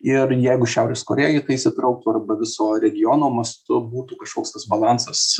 ir jeigu šiaurės korėja į tai įsitrauktų arba viso regiono mastu būtų kažkoks tas balansas